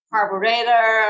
Carburetor